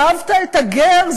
ואהבת את הגר,